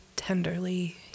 tenderly